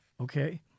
Okay